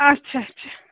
اچھا اچھا